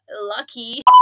lucky